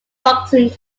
boxing